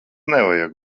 nevajag